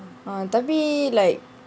uh tapi like